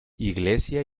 iglesia